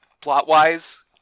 plot-wise